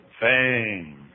Fame